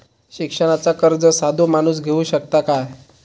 शिक्षणाचा कर्ज साधो माणूस घेऊ शकता काय?